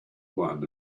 one